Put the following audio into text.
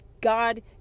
God